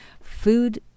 food